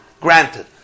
Granted